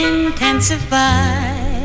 Intensify